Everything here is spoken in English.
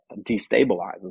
destabilizes